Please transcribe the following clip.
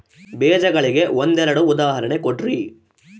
ಬೇಜಗಳಿಗೆ ಒಂದೆರಡು ಉದಾಹರಣೆ ಕೊಡ್ರಿ?